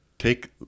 Take